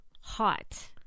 hot